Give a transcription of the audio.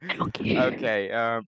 Okay